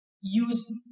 use